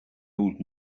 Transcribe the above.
old